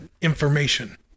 information